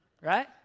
right